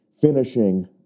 finishing